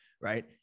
right